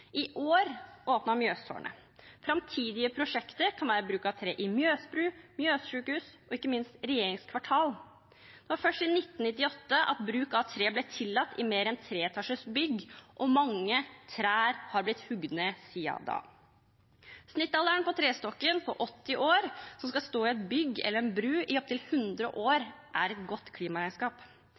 I år åpnet Mjøstårnet. Framtidige prosjekter kan være bruk av tre i Mjøsbru, Mjøssykehus og ikke minst regjeringskvartal. Det var først i 1998 at bruk av tre ble tillatt i bygg med flere enn tre etasjer. Mange trær har blitt hugd ned siden da. Snittalderen på trestokken på 80 år som skal stå i et bygg eller i en bru i opptil 100 år, er et godt klimaregnskap.